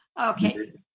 Okay